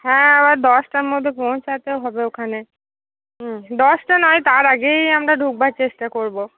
হ্যাঁ আবার দশটার মধ্যে পৌঁছাতে হবে ওখানে হুম দশটা নয় তার আগেই আমরা ঢুকবার চেষ্টা করবো